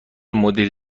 مدیر